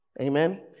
Amen